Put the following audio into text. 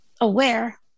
aware